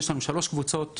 יש לנו שלוש קבוצות